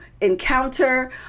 encounter